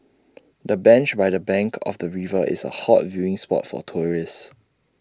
the bench by the bank of the river is A hot viewing spot for tourists